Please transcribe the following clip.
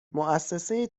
مؤسسه